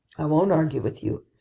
i won't argue with you,